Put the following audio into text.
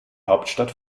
hauptstadt